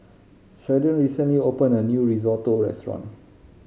Sheldon recently opened a new Risotto Restaurant